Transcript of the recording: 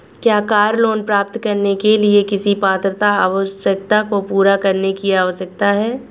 क्या car loan प्राप्त करने के लिए किसी पात्रता आवश्यकता को पूरा करने की आवश्यकता है?